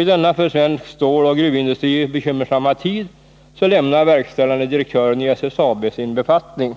I denna för svensk ståloch gruvindustri bekymmersamma tid lämnar verkställande direktören i SSAB sin befattning.